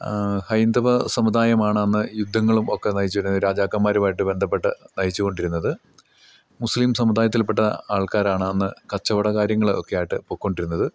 ഹൈന്ദവ സമുദായമാണ് അന്ന് യുദ്ധങ്ങളും ഒക്കെ നയിച്ചിരുന്നത് രാജാക്കന്മാരുമായിട്ട് ബന്ധപ്പെട്ട് നയിച്ചുകൊണ്ടിരുന്നത് മുസ്ലിം സമുദായത്തിൽപ്പെട്ട ആൾക്കാരാണ് അന്ന് കച്ചവട കാര്യങ്ങൾ ഒക്കെ ആയിട്ട് പോയ്ക്കോണ്ടിരുന്നത്